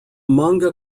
manga